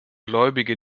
gläubige